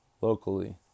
locally